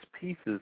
pieces